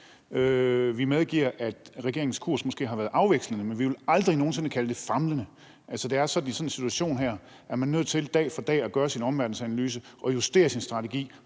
Vi medgiver, at regeringens kurs måske har været afvekslende, men vi vil aldrig nogen sinde kalde den famlende. Det er sådan, at i en situation som den her er man nødt til dag for dag at gøre sin omverdenensanalyse og justere sin strategi